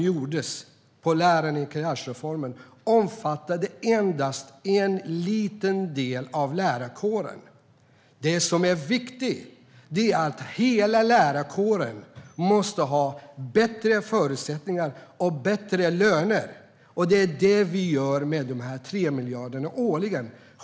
Karriärreformen omfattade endast en liten del av lärarkåren. Det är viktigt att hela lärarkåren får bättre förutsättningar och bättre löner, och det åstadkommer vi med dessa 3 miljarder årligen.